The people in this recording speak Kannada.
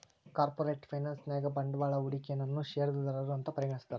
ಕಾರ್ಪೊರೇಟ್ ಫೈನಾನ್ಸ್ ನ್ಯಾಗ ಬಂಡ್ವಾಳಾ ಹೂಡೊನನ್ನ ಶೇರ್ದಾರಾ ಅಂತ್ ಪರಿಗಣಿಸ್ತಾರ